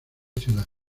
ciudad